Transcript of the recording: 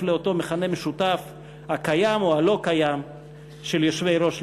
לאותו מכנה משותף הקיים או לא קיים של יושבי-ראש לשעבר.